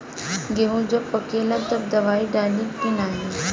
गेहूँ जब पकेला तब दवाई डाली की नाही?